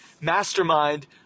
mastermind